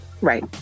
right